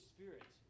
Spirit